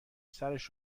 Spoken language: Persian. سرش